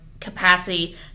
capacity